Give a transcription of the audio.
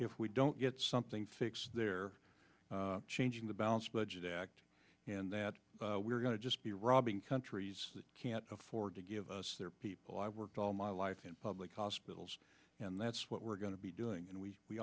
if we don't get something fixed they're changing the balanced budget act and that we're going to just be robbing countries that can't afford to give us their people i worked all my life in public hospitals and that's what we're going to be doing and we we